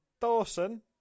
Dawson